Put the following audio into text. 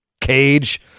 cage